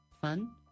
fun